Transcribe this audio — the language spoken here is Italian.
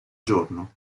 giorno